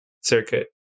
circuit